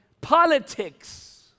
politics